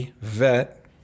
VET